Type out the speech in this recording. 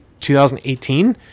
2018